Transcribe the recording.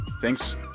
Thanks